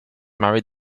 married